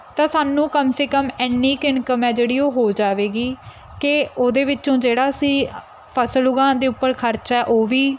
ਤਾਂ ਸਾਨੂੰ ਕਮ ਸੇ ਕਮ ਐਨੀ ਕੁ ਇਨਕਮ ਹੈ ਜਿਹੜੀ ਉਹ ਹੋ ਜਾਵੇਗੀ ਕਿ ਉਹਦੇ ਵਿੱਚੋਂ ਜਿਹੜਾ ਅਸੀਂ ਫਸਲ ਉਗਾਉਣ ਦੇ ਉੱਪਰ ਖਰਚਾ ਉਹ ਵੀ